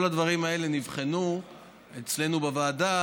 כל הדברים האלה נבחנו אצלנו בוועדה,